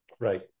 right